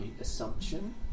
assumption